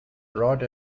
rod